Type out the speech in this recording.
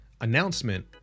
announcement